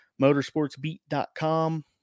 motorsportsbeat.com